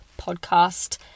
podcast